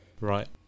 Right